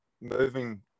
moving